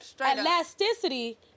elasticity